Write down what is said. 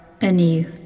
anew